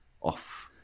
off